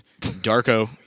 Darko